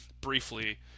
briefly